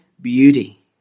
beauty